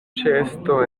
ĉeesto